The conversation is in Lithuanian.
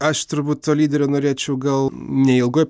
aš turbūt to lyderio norėčiau gal ne ilgoj